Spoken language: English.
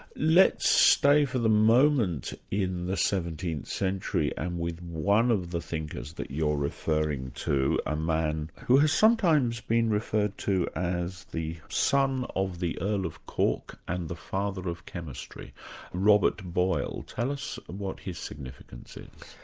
let's stay for the moment in the seventeenth century and with one of the thinkers that you're referring to, a man who has sometimes been referred to as the son of the earl of cork and the father of chemistry robert boyle. tell us what his significance is.